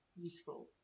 useful